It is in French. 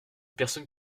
personne